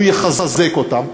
הוא יחזק אותם.